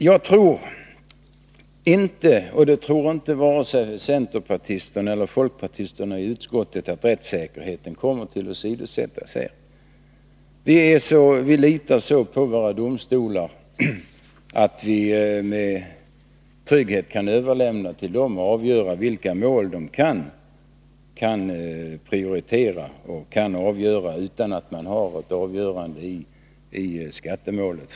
Jag tror inte — och det tror varken centerpartisterna eller folkpartisterna i utskottet — att rättssäkerheten kommer att åsidosättas. Vi litar så på våra domstolar att vi med trygghet kan överlämna till dem att bestämma vilka mål som de kan prioritera utan att först ha ett avgörande i skattemålet.